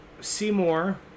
Seymour